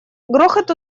грохот